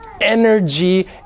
Energy